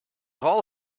hall